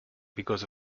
because